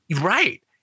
Right